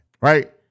right